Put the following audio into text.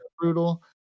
brutal